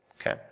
okay